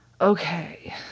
Okay